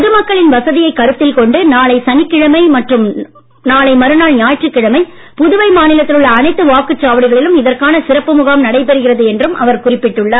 பொதுமக்களின் வசதியை கருத்தில் கொண்டு நாளை சனிக்கிழமை மற்றும் நாளை மறுநாள் ஞாயிற்றுக்கிழமை புதுவை மாநிலத்தில் உள்ள அனைத்து வாக்குச்சாவடிகளிலும் இதற்கான சிறப்பு முகாம் நடைபெறுகிறது என்றும் அவர் குறிப்பிட்டுள்ளார்